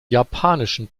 japanischen